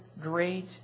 great